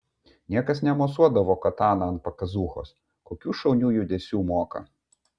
niekas nemosuodavo katana ant pakazūchos kokių šaunių judesių moka